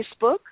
Facebook